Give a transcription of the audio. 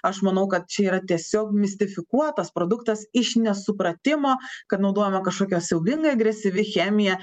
aš manau kad čia yra tiesiog mistifikuotas produktas iš nesupratimo kad naudojama kažkokia siaubingai agresyvi chemija